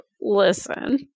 listen